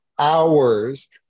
hours